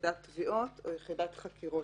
יחידת תביעות או יחידת חקירות,